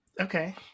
Okay